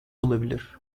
olabilir